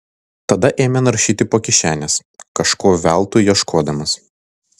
tada ėmė naršyti po kišenes kažko veltui ieškodamas